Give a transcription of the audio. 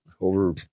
over